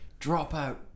dropout